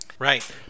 Right